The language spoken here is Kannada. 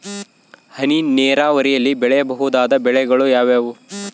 ಹನಿ ನೇರಾವರಿಯಲ್ಲಿ ಬೆಳೆಯಬಹುದಾದ ಬೆಳೆಗಳು ಯಾವುವು?